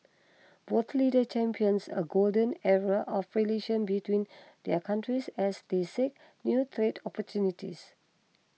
both leaders champions a golden era of relations between their countries as they seek new trade opportunities